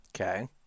Okay